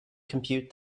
compute